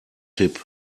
tipp